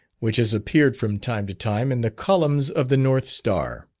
which has appeared from time to time in the columns of the north star.